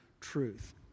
truth